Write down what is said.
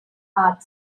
heart